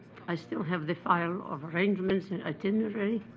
i still have the file of arrangements and itinerary,